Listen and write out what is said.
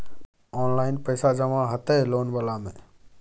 Online पैसा जमा हते लोन वाला में?